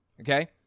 okay